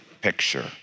picture